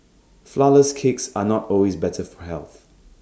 Flourless Cakes are not always better for health